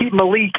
Malik